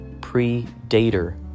Predator